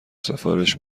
سفارش